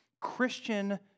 Christian